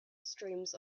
streams